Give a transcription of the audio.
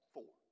Four